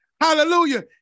Hallelujah